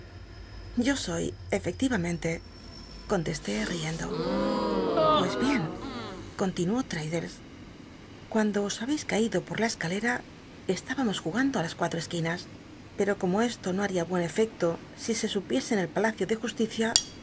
yo soy efecliy tmenlc contesté riendo pues bien continuó l'raddles cuando os ha biblioteca nacional de españa da vid copperfield la escalera eshibamos jugando i las cuatro esquinas peo como esto no h uia buen l'fec to si se supiese en el palacio de j